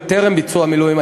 בטרם ביצוע המילואים,